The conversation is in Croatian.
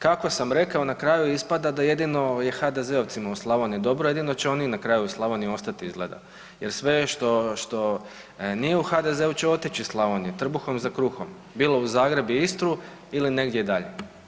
Kako sam rekao na kraju ispada da jedino je HDZ-ovcima u Slavoniji dobro, jedino će oni na kraju u Slavoniji ostati izgleda jer sve što, što nije u HDZ-u će otići iz Slavonije trbuhom za kruhom, bilo u Zagreb i Istru ili negdje dalje.